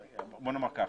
בוא נאמר כך,